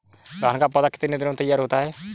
धान का पौधा कितने दिनों में तैयार होता है?